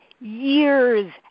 years